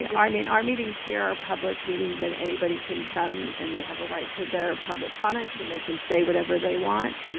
and i mean our meetings here are public meetings and anybody can come and they have the right to their public comments and they can say whatever they want.